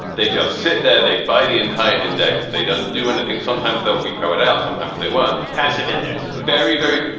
they just sit there. they buy the entire index. they don't do anything. sometimes they'll repo it out. sometimes they won't. passive index is but very, very.